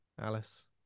Alice